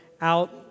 out